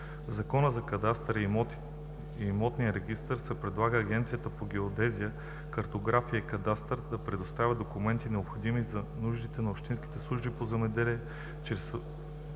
Закона за кадастъра и имотния регистър се предлага Агенцията по геодезия, картография и кадастър да предоставя документите, необходими за нуждите на общинските служби по земеделие, чрез